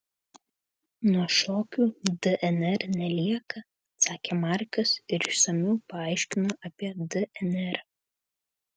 nuo šokių dnr nelieka atsakė markas ir išsamiau paaiškino apie dnr